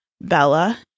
Bella